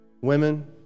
women